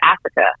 Africa